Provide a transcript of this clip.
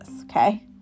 okay